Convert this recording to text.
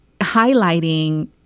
highlighting